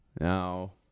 Now